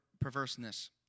perverseness